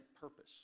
purpose